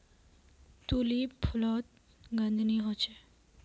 tulip फुलोत गंध नि होछे